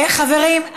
חברים.